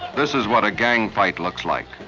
this is what a gang fight looks like.